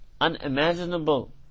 unimaginable